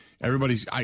Everybody's –